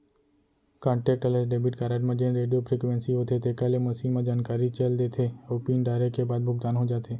contactless debit card म जेन radio frequency होथे तेकर ले मसीन म जानकारी चल देथे अउ पिन डारे के बाद भुगतान हो जाथे